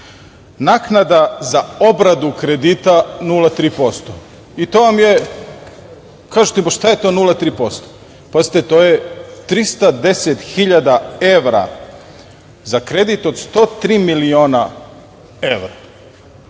naknada za obradu kredita 0,3%. To vam je, pa kažete, šta je to 0,3%? To je 310.000 evra za kredit od 103 miliona evra.